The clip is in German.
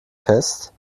fest